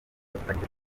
bafatanyije